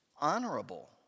honorable